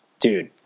Dude